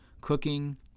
cooking